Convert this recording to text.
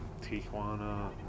Tijuana